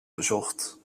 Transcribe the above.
bezocht